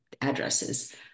addresses